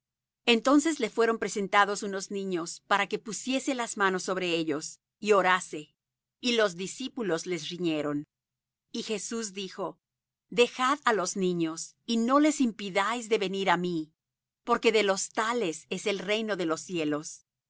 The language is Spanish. entonces le fueron presentados unos niños para que pusiese las manos sobre ellos y orase y los discípulos les riñeron y jesús dijo dejad á los niños y no les impidáis de venir á mí porque de los tales es el reino de los cielos